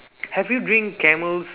have you drink camel's